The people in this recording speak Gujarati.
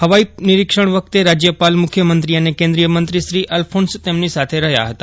હવાઈ નિરીક્ષણ વખતે રાજ્યપાલ મુખ્યમંત્રી અને કેન્દ્રિયમંત્રી શ્રી અલ્ફોન્સ તેમની સાથે રહ્યા હતા